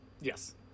yes